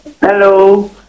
hello